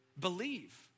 believe